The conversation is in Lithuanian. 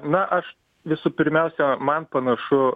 na aš visų pirmiausia man panašu